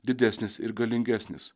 didesnis ir galingesnis